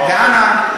ואנא,